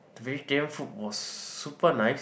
the vegetarian food was super nice